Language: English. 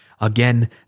again